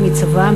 מצבא,